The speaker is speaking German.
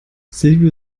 silvio